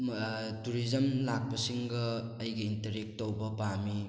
tourism ꯂꯥꯛꯄꯁꯤꯡꯒ ꯑꯩꯒ interact ꯇꯧꯕ ꯄꯥꯝꯏ